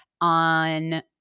on